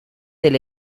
del